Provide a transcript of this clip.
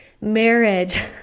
Marriage